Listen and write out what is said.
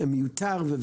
מיותר לבנות שם,